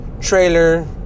trailer